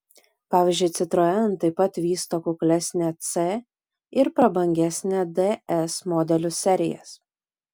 pavyzdžiui citroen taip pat vysto kuklesnę c ir prabangesnę ds modelių serijas